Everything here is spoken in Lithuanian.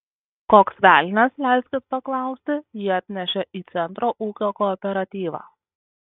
koks velnias leiskit paklausti jį atnešė į centro ūkio kooperatyvą